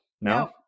No